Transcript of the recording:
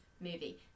movie